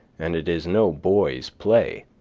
and it is no boy's play.